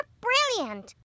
brilliant